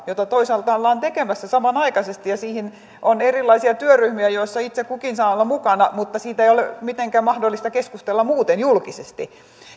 jota toisaalta ollaan samanaikaisesti tekemässä siihen on erilaisia työryhmiä joissa itse kukin saa olla mukana mutta siitä ei ole mitenkään mahdollista keskustella muuten julkisesti